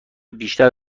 بیشتر